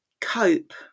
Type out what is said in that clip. cope